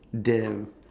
damn